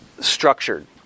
structured